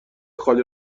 خاله